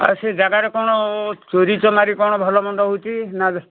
ଆଉ ସେ ଯାଗାରେ କ'ଣ ଚୋରି ଚମାରି କ'ଣ ଭଲ ମନ୍ଦ ହେଉଛି ନାଁ